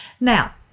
now